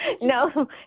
No